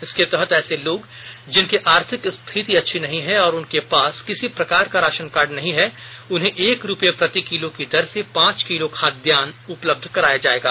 इसके तहत ऐसे लोग जिनकी आर्थिक स्थिति अच्छी नहीं है और उनके पास किसी प्रकार का राशन कार्ड नहीं है उन्हें एक रूपये प्रतिकिलो की दर से पांच किलो खाद्यान्न उपलब्ध कराया जायेगा